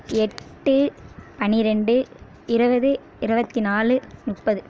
எட்டு பன்னிரெண்டு இருபது இருபத்தி நாலு முப்பது